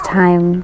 time